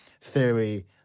theory